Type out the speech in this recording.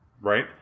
Right